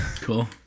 cool